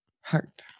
heart